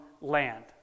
land